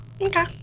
Okay